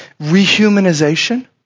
rehumanization